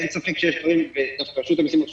אין ספק שיש דברים רשות המיסים עכשיו